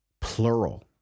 plural